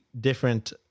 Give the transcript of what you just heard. different